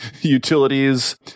utilities